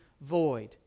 void